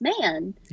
man